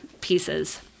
pieces